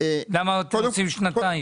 למה להקציב שנתיים?